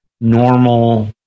normal